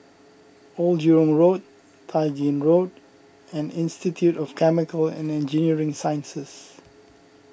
Old Jurong Road Tai Gin Road and Institute of Chemical and Engineering Sciences